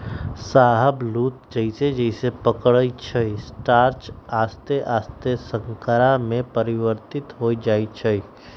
शाहबलूत जइसे जइसे पकइ छइ स्टार्च आश्ते आस्ते शर्करा में परिवर्तित हो जाइ छइ